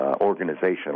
organizational